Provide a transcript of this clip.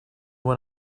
what